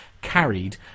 carried